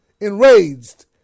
enraged